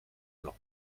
blanc